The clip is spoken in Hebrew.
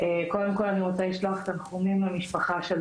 קודם כל אני רוצה לשלוח תנחומים למשפחה של